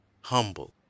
humble